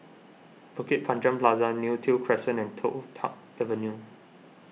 Bukit Panjang Plaza Neo Tiew Crescent and Toh Tuck Avenue